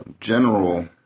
general